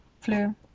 flu